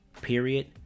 period